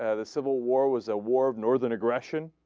ah the civil war was a war of northern aggression